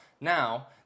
Now